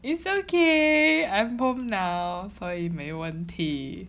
it's okay I'm home now 所以没问题